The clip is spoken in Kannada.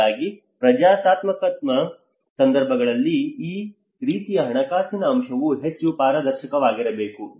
ಹಾಗಾಗಿ ಪ್ರಜಾಸತ್ತಾತ್ಮಕ ಸಂದರ್ಭಗಳಲ್ಲಿ ಈ ರೀತಿಯ ಹಣಕಾಸಿನ ಅಂಶವು ಹೆಚ್ಚು ಪಾರದರ್ಶಕವಾಗಿರಬೇಕು